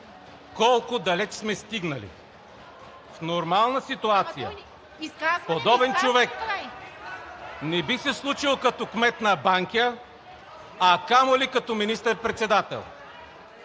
колко далеч сме стигнали. В нормална ситуация подобен човек не би се случил като кмет на Банкя, а камо ли като министър-председател.